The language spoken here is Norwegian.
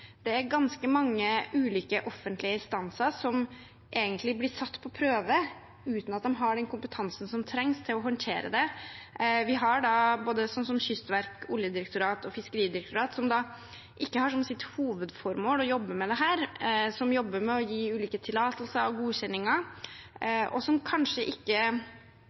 det er ganske mange ulike offentlige instanser som egentlig blir satt på prøve, uten at de har den kompetansen som trengs til å håndtere det. Vi har f.eks. Kystverket, Oljedirektoratet og Fiskeridirektoratet, som ikke har som hovedformål å jobbe med dette, som jobber med å gi ulike tillatelser og godkjenninger, og som kanskje ikke